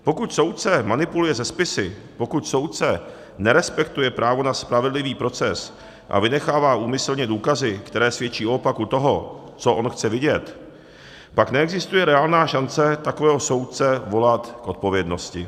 Pokud soudce manipuluje se spisy, pokud soudce nerespektuje právo na spravedlivý proces a vynechává úmyslně důkazy, které svědčí o opaku toho, co on chce vidět, pak neexistuje reálná šance takového soudce volat k odpovědnosti.